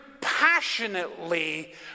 passionately